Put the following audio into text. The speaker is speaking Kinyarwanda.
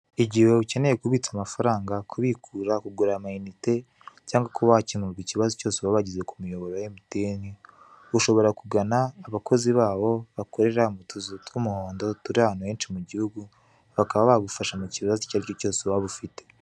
Igihe ukeneye kubitsa amafaranga, kugura amayinite, cyangwa kuba wakemurirwa ikibazo cyose waba wagize ku muyoboro wa emutiyeni, ushobora kugana abakozi babo bakorera mu tuzu tw'umuhondo turi ahantu benshi mu gihugu bakaba bagufasha mu kibazo cyose waba ufite.